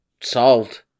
Solved